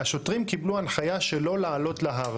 השוטרים קיבלו הנחיה שלא לעלות להר,